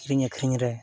ᱠᱤᱨᱤᱧ ᱟᱹᱠᱷᱨᱤᱧᱨᱮ